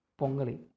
pongali